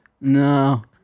No